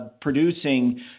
producing